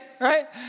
Right